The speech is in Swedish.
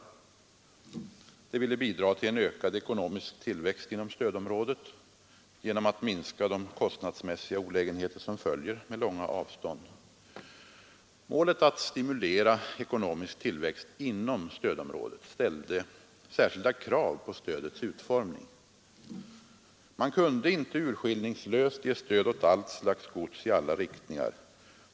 Man ville bidra till en ökad ekonomisk tillväxt inom stödområdet genom att minska de kostnadsmässiga olägenheter som följer med långa avstånd. Målet att stimulera ekonomisk tillväxt inom stödområdet ställde särskilda krav på stödets utformning. Man kunde inte urskillningslöst ge stöd åt allt slags gods i alla riktningar.